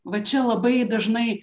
va čia labai dažnai